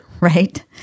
right